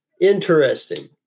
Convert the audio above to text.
Interesting